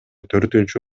төртүнчү